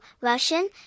Russian